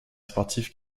sportive